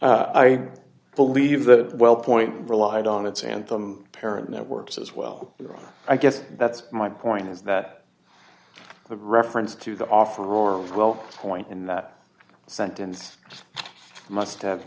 i believe that wellpoint relied on its anthem parent networks as well i guess that's my point is that the reference to the offer or well point in that sentence must have